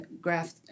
graph